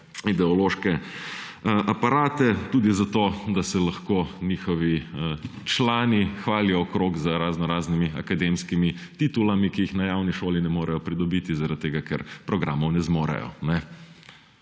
ideološke aparate, tudi zato da se lahko njihovi člani hvalijo okrog z raznoraznimi akademskimi titulami, ki jih na javni šoli ne morejo pridobiti, ker programov ne zmorejo.